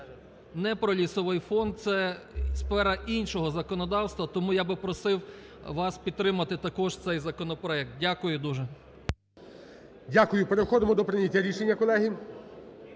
не про лісовий фонд, це сфера іншого законодавства. Тому я би просив вас підтримати також цей законопроект. Дякую дуже. ГОЛОВУЮЧИЙ. Дякую. Переходимо до прийняття рішення, колеги.